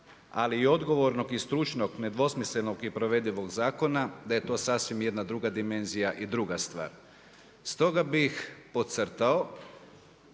ali i odgovornog i stručnog nedvosmislenog i provedivog zakona da je to sasvim jedna druga dimenzija i druga stvar. Stoga bih podcrtao